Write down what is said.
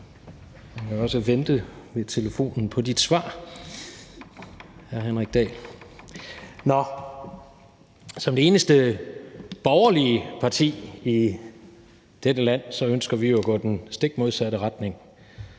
som det eneste borgerlige parti i dette land ønsker vi jo at gå i den stik modsatte retning.